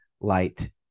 Light